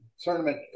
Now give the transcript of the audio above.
tournament